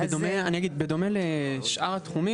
הנוהל ימשיך לחול.